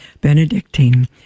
Benedictine